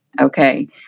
Okay